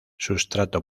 sustrato